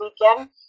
weekend